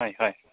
হয় হয়